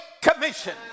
commission